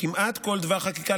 וכמעט כל דבר חקיקה,